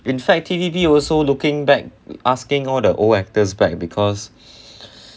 in fact T_V_B also looking back asking all the old actors back because